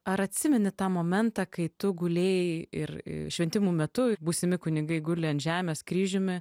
ar atsimeni tą momentą kai tu gulėjai ir šventimų metu būsimi kunigai gulė ant žemės kryžiumi